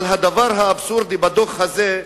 אבל הדבר האבסורדי בדוח הזה,